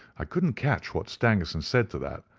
i could not catch what stangerson said to that,